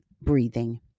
breathing